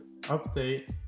update